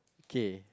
K